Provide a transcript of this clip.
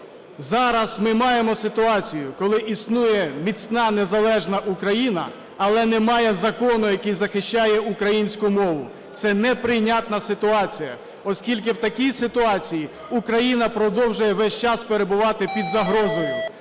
Зараз ми маємо ситуацію, коли існує міцна незалежна Україна, але немає закону, який захищає українську мову. Це неприйнятна ситуація, оскільки в такій ситуації Україна продовжує весь час перебувати під загрозою,